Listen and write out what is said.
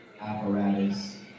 apparatus